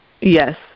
Yes